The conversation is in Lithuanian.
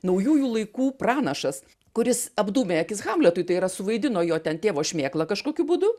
naujųjų laikų pranašas kuris apdūmė akis hamletui tai yra suvaidino jo ten tėvo šmėklą kažkokiu būdu